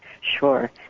Sure